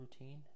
routine